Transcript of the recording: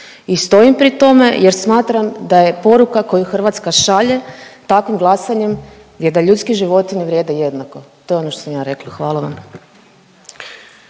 i stojim pri tome jer smatram da je poruka koju Hrvatska šalje takvim glasanjem, je da ljudski životi ne vrijede jednako. To je ono što sam ja rekla. Hvala vam.